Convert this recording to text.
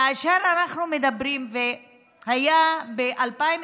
כאשר אנחנו מדברים, היו ב-2019,